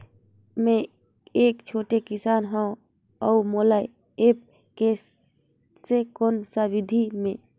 मै एक छोटे किसान हव अउ मोला एप्प कइसे कोन सा विधी मे?